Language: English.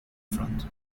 front